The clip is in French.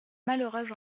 malheureuse